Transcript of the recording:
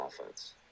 offense